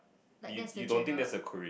like that's the general